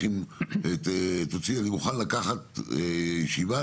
אני מוכן לקחת ישיבה,